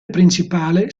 principale